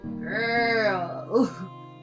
Girl